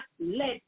let